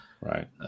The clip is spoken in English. right